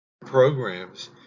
programs